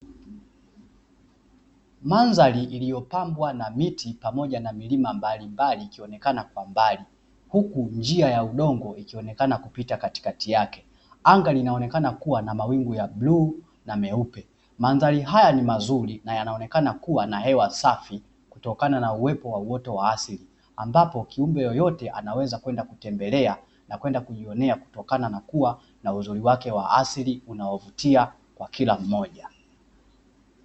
Mandhari iliopambwa na miti pamoja na milima mbalimbali ikionekana kwa mbali huku njia ya udongo ikionekana kupita katikati yake. Anga linaonekana kuwa na mawingu ya bluu na meupe. Mandhari haya ni mazuri na yanaonekana kuwa na hewa safi kutokana na uwepo wa uoto wa asili ambapo kiumbe yoyote anaweza kwenda kutembelea na kwenda kujionea kutokana na kuwa na uzuri wake wa asili unaovutia kwa kila mmoja.